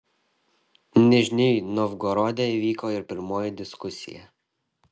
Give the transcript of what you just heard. nižnij novgorode įvyko ir pirmoji diskusija